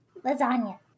Lasagna